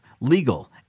legal